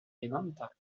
levanta